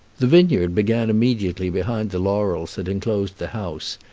the vineyard began immediately behind the laurels that enclosed the house,